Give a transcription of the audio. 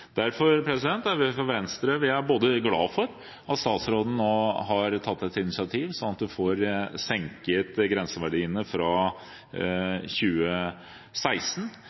Derfor er vi i Venstre glad for at statsråden nå har tatt et initiativ, slik at man får senket grenseverdiene fra og med 2016.